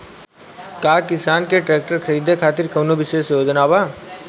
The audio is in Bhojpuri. का किसान के ट्रैक्टर खरीदें खातिर कउनों विशेष योजना बा?